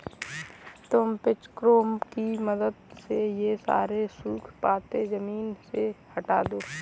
तुम पिचफोर्क की मदद से ये सारे सूखे पत्ते ज़मीन से हटा दो